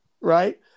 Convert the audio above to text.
right